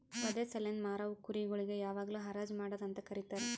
ವಧೆ ಸಲೆಂದ್ ಮಾರವು ಕುರಿ ಗೊಳಿಗ್ ಯಾವಾಗ್ಲೂ ಹರಾಜ್ ಮಾಡದ್ ಅಂತ ಕರೀತಾರ